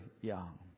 young